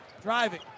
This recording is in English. driving